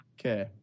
Okay